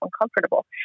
uncomfortable